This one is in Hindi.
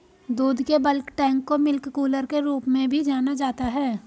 दूध के बल्क टैंक को मिल्क कूलर के रूप में भी जाना जाता है